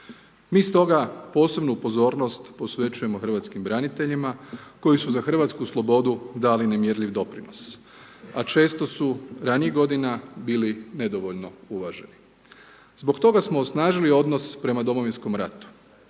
Mi stoga posebnu pozornost posvećujemo hrvatskim braniteljima koji su za hrvatsku slobodu dali nemjerljiv doprinos, a često su ranijih godina bili nedovoljno uvaženi. Zbog toga smo osnažili odnos prema Domovinskom ratu.